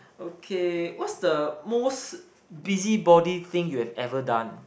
okay what's the most busybody thing you have ever done